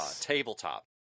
tabletop